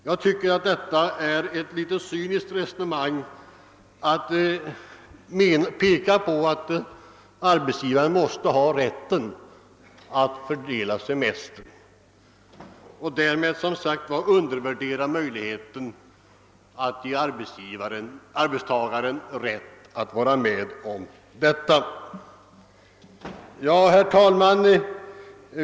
Jag tycker emellertid det är ett cyniskt resonemang att påstå att arbetsgivaren måste ha rätt att bestämma semesterns förläggning och därmed som sagt undervärdera arbetstagarens möjligheter. Herr talman!